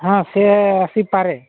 ହଁ ସେ ଆସିପାରେ